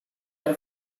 are